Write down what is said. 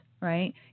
right